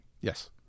Yes